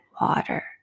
water